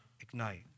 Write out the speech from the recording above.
ignite